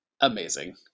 Amazing